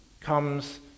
comes